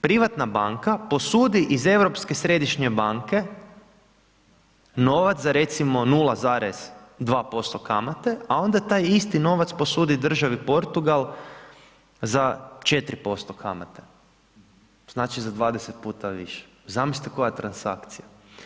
Privatna banka posudi iz Europske središnje banke novac za recimo 0,2% kamate, a onda taj isti novac posudi državi Portugal za 4% kamate, znači za 20 puta više, zamislite koja transakcija.